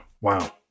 Wow